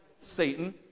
Satan